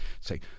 say